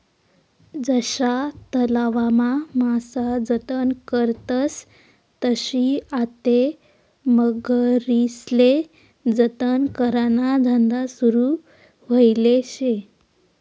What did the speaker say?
जशा तलावमा मासा जतन करतस तशी आते मगरीस्ले जतन कराना धंदा सुरू व्हयेल शे